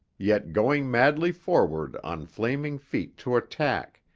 yet going madly forward on flaming feet to attack,